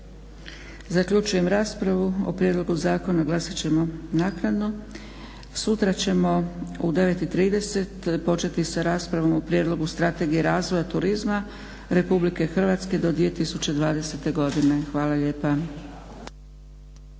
Zaključujem raspravu. O prijedlogu zakona glasat ćemo naknadno. Sutra ćemo u 9,30 početi sa raspravom o Prijedlogu strategije razvoja turizma Republike Hrvatske do 2020. godine. Hvala lijepa.